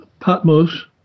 Patmos